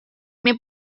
may